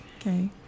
Okay